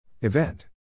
Event